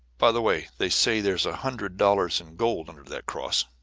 by the way, they say there's a hundred dollars in gold under that cross.